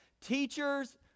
teachers